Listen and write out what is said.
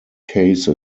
case